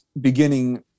beginning